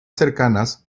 cercanas